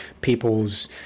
people's